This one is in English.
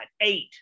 eight